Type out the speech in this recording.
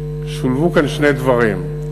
שולבו כאן שני דברים,